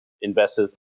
investors